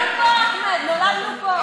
נולדנו פה, אחמד, נולדנו פה.